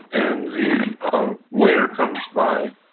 and the waiter comes by,